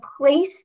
place